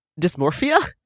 dysmorphia